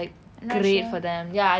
not sure